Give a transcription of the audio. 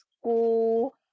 school